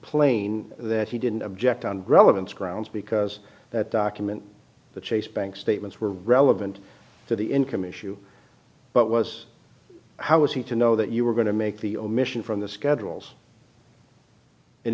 complain that he didn't object on relevance grounds because that document the chase bank statements were relevant to the income issue but was how was he to know that you were going to make the omission from the schedules an